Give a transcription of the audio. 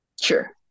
Sure